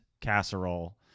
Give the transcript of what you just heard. casserole